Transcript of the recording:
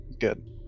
Good